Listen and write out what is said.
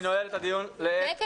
אני נועל את הישיבה.